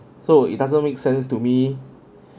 so it doesn't make sense to me